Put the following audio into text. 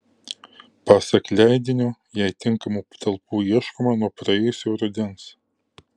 pasak leidinio jai tinkamų patalpų ieškoma nuo praėjusio rudens